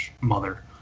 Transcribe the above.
mother